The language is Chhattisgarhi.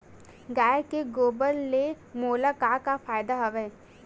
गाय के गोबर ले मोला का का फ़ायदा हवय?